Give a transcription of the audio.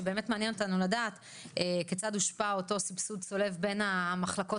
שבאמת מעניין אותנו לדעת כיצד הושפע אותו סבסוד צולב בין המחלקות